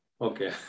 Okay